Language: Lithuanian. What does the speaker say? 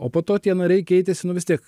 o po to tie nariai keitėsi nu vis tiek